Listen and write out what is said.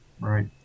right